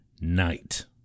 night